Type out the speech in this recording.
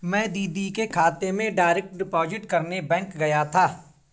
मैं दीदी के खाते में डायरेक्ट डिपॉजिट करने बैंक गया था